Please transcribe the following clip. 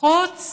חוץ